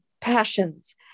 passions